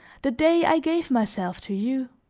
the day i gave myself to you.